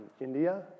India